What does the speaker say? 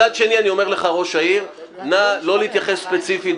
אני אומר שני דברים בצורה הכי ברורה --- ראש עיר משמיץ שר?